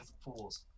pools